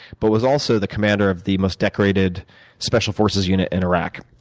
but was also the commander of the most decorated special forces unit in iraq.